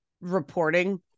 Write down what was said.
reporting